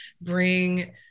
bring